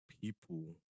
people